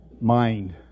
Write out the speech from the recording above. mind